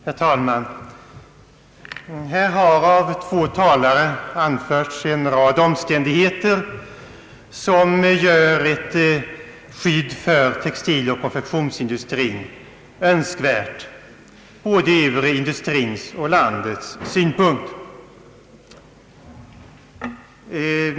Herr talman! Här har av två talare anförts en rad omständigheter som gör ett skydd för textiloch konfektionsindustrin önskvärt både ur industrins och landets synpunkt.